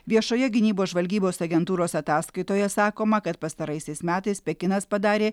viešoje gynybos žvalgybos agentūros ataskaitoje sakoma kad pastaraisiais metais pekinas padarė